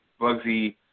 Bugsy